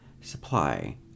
supply